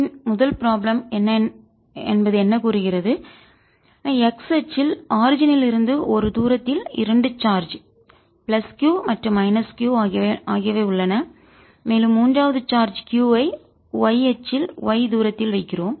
இது நம் முதல் அசைன்மென்ட் அசைன்மென்ட் டின் வேலையின் முதல் ப்ராப்ளம் என்பது என்ன கூறுகிறது x அச்சில் ஆரிஜின் தோற்றத்திலிருந்து இருந்து ஒரு தூரத்தில் இரண்டு சார்ஜ் பிளஸ் Q மற்றும் மைனஸ் Q ஆகியவை உள்ளன மேலும் மூன்றாவது சார்ஜ் Q ஐ y அச்சில் y தூரத்தில் வைக்கிறோம்